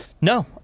No